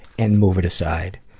and move it aside,